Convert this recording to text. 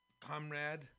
comrade